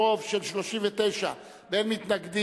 ברוב של 39 ואין מתנגדים,